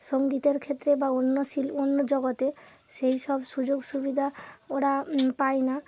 সঙ্গীতের ক্ষেত্রে বা অন্য শিল অন্য জগতে সেই সব সুযোগ সুবিধা ওরা পায় না